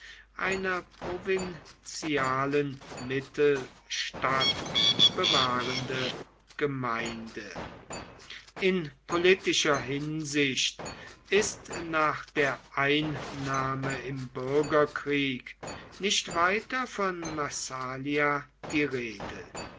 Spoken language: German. einer provinzialen mittelstadt bewahrende gemeinde in politischer hinsicht ist nach der einnahme im bürgerkrieg nicht weiter von massalia die rede